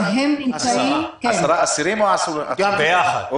אסירים או --- ביחד.